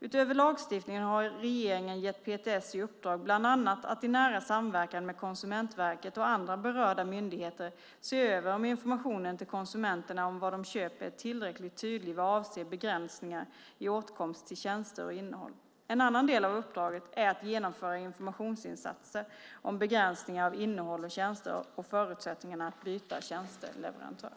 Utöver lagstiftning har regeringen gett PTS i uppdrag bland annat att i nära samverkan med Konsumentverket och andra berörda myndigheter se över om informationen till konsumenterna om vad de köper är tillräckligt tydlig vad avser begränsningar i åtkomst till tjänster och innehåll. En annan del av uppdraget är att genomföra informationsinsatser om begränsningar av innehåll och tjänster och förutsättningarna att byta tjänsteleverantör.